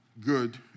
good